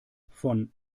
von